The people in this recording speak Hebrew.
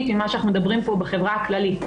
לחוויה שלה.